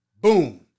Boom